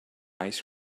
ice